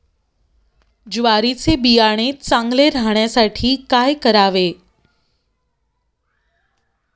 ज्वारीचे बियाणे चांगले राहण्यासाठी काय करावे?